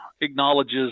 acknowledges